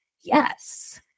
yes